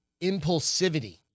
Impulsivity